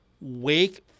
Wake